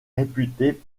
réputé